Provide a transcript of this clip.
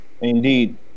indeed